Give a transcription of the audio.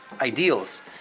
ideals